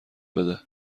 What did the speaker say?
بده